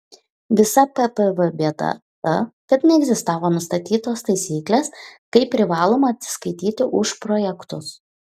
visa ppv bėda ta kad neegzistavo nustatytos taisyklės kaip privaloma atsiskaityti už projektus